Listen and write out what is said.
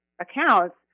accounts